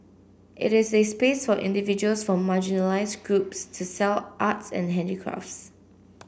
it is a space for individuals from marginalised groups to sell arts and handicrafts